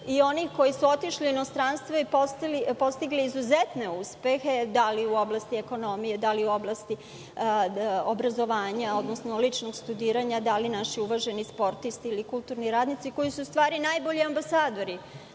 i onih koji su otišli u inostranstvo i postigli izuzetne uspehe, da li u oblasti ekonomije, da li u oblasti obrazovanja, odnosno ličnog studiranja, da li naši uvaženi sportisti ili kulturni radnici, koji su u stvari najbolji ambasadori